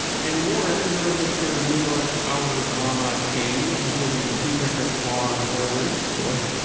and warren, your mr. new york, our drama king, including two different lawn orders sure.